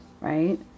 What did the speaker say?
Right